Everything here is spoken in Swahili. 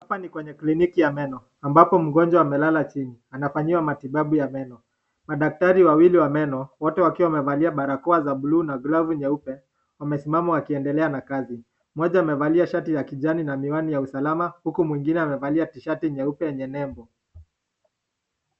Hapa ni kwenye kliniki ya meno ambapo mgonjwa amelala chini. Anafanyiwa matibabu ya meno madaktari wawili wa meno, wote wakiwa wamevalia barakoa za blue na glavu nyeupe wamesimama wakiendelea na kazi mmoja amevalia shati la kijani na miwani ya usalama huku mwingine akivalia tishati nyeupe lenye nembo.